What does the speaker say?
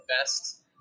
best